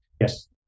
Yes